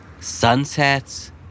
Sunsets